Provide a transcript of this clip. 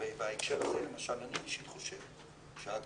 הישיבה ננעלה בשעה 13:48.